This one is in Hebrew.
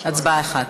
הצבעה אחת.